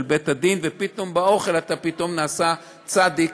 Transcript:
בית-הדין ופתאום באוכל אתה נעשה צדיק,